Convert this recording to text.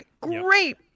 Great